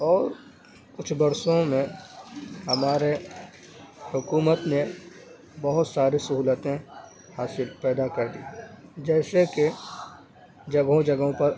اور کچھ برسوں میں ہمارے حکومت نے بہت ساری سہولتیں حاصل پیدا کر دی جیسے کہ جگہوں جگہوں پر